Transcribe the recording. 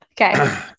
Okay